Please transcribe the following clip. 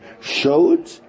showed